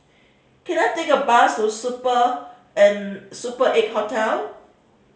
can I take a bus to Super Super Eight Hotel